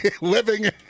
living